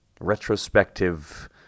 retrospective